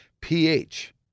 pH